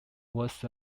was